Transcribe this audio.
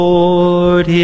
Lord